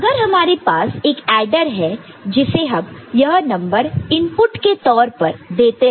अगर हमारे पास एक एडर है जिसे हम यह नंबर इनपुट के तौर पर देते हैं